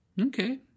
Okay